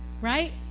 right